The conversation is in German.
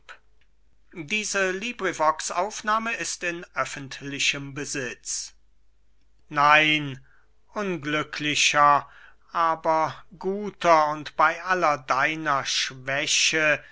lais an aristipp nein unglücklicher aber guter und bey aller deiner schwäche